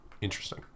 Interesting